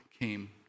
came